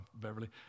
Beverly